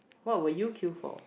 what would you kill for